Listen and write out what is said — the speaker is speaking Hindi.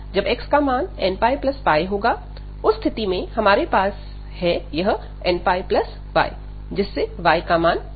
जब x का मान nππहोगा उस स्थिति में हमारे पास है यह nπy जिससे y का मान होगा